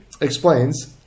explains